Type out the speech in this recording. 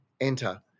enter